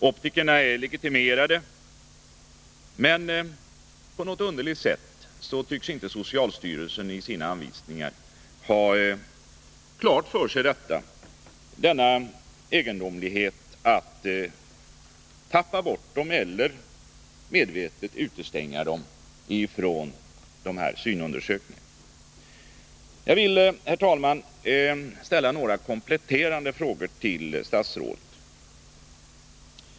Optikerna är legitimerade, men på något underligt sätt tycks inte socialstyrelsen i sina anvisningar ha klart för sig detta — det är alltså en egendomlighet att tappa bort dem eller medvetet utestänga dem från dessa synundersökningar. Jag vill, herr talman, ställa några kompletterande frågor till statsrådet.